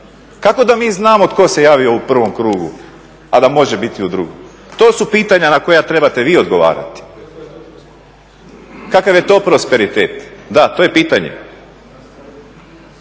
Kako da mi znamo tko se javio u prvom krugu, a da može biti u drugom? To su pitanja na koja trebate vi odgovarati. Kakav je to prosperitet? Da to je pitanje.